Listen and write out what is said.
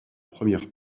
première